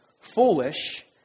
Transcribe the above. foolish